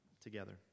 together